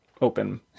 open